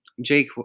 Jake